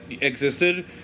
existed